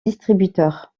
distributeur